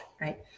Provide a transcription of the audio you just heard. right